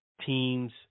teams